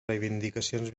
reivindicacions